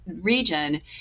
region